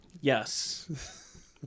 Yes